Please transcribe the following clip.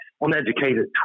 uneducated